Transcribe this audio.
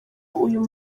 uyu